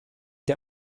der